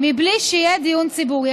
בלי שיהיה דיון ציבורי.